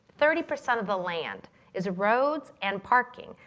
thirty percent of the land is roads and parking.